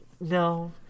No